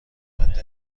مدرک